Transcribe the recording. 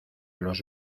los